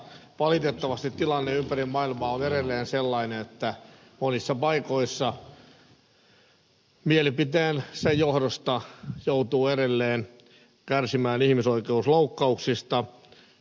valitettavasti tilanne ympäri maailmaa on edelleen sellainen että monissa paikoissa mielipiteensä johdosta joutuu edelleen kärsimään ihmisoikeusloukkauksista